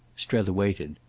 strether waited.